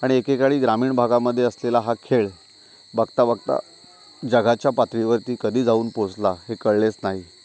आणि एके काळी ग्रामीण भागामध्ये असलेला हा खेळ बघता बघता जगाच्या पातळीवरती कधी जाऊन पोहोचला हे कळलेच नाही